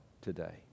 today